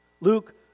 Luke